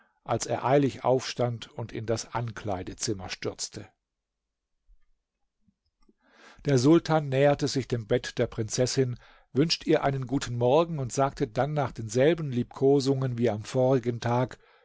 als er eilig aufstand und in das ankleidezimmer stürzte der sultan näherte sich dem bett der prinzessin wünscht ihr guten morgen und sagte dann nach denselben liebkosungen wie am vorigen tag